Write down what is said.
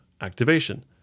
activation